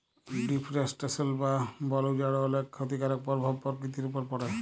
deforestation বা বল উজাড় অলেক খ্যতিকারক পরভাব পরকিতির উপর পড়ে